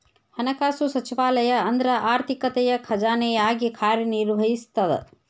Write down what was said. ಹಣಕಾಸು ಸಚಿವಾಲಯ ಅಂದ್ರ ಆರ್ಥಿಕತೆಯ ಖಜಾನೆಯಾಗಿ ಕಾರ್ಯ ನಿರ್ವಹಿಸ್ತದ